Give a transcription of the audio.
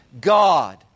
God